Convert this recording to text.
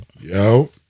Yo